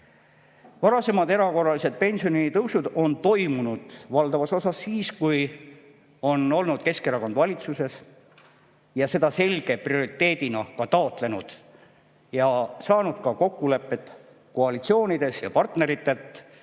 Varasemad erakorralised pensionitõusud on toimunud valdavas osas siis, kui Keskerakond on olnud valitsuses, seda selge prioriteedina taotlenud ning saanud kokkuleppele koalitsioonides ja partneritega.